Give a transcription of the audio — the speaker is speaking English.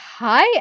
hi